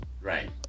Right